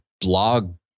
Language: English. blog